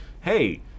hey